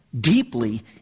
deeply